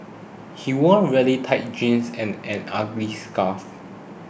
he wore really tight jeans and an ugly scarf